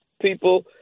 people